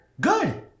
good